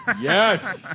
Yes